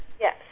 Yes